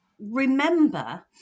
remember